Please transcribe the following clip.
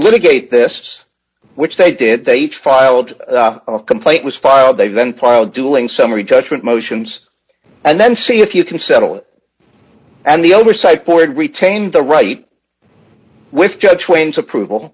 litigate this which they did they filed a complaint was filed they then piled duelling summary judgment motions and then see if you can settle it and the oversight board retained the right with judge wayne's approval